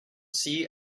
six